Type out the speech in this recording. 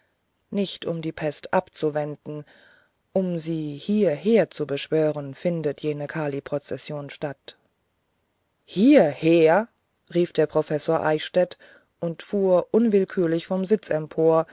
nicht um die pest abzuwehren um sie hierher zu beschwören findet jene kali prozession statt hierher rief professor eichstädt und fuhr unwillkürlich vom sitz